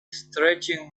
stretching